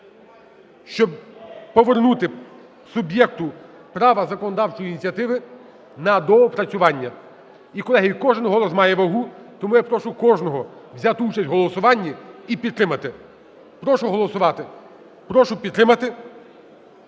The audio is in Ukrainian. щоб повернути суб'єкту права законодавчої ініціативи на доопрацювання. І, колеги, кожен голос має вагу. Тому я прошу кожного взяти участь в голосуванні і підтримати. Прошу голосувати. Прошу підтримати